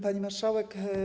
Pani Marszałek!